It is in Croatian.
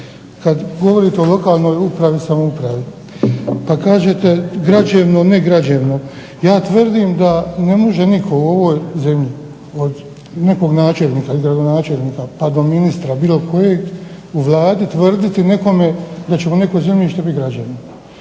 kada govorite o lokalnoj upravi i samoupravi, pa kažete građevno negrađevno. Ja tvrdim da ne može nitko u ovoj zemlji od nekog načelnika i gradonačelnika pa do ministra bilo kojeg u Vladi tvrditi nekom da će mu neko zemljište biti građevno.